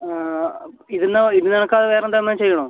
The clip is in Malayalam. ഇത് നോക്കാതെ വേറെ എന്തോ നമ്മൾ ചെയ്യണോ